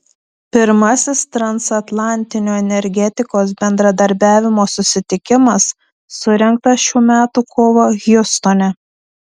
pirmasis transatlantinio energetikos bendradarbiavimo susitikimas surengtas šių metų kovą hjustone